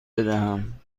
بدهم